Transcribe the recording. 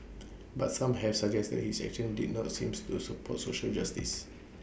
but some have suggested his actions did not seem to support social justice